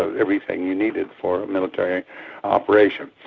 ah everything you needed for a military operation.